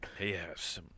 Yes